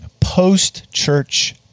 post-church